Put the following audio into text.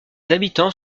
habitants